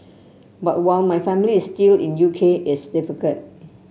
but while my family is still in U K it's difficult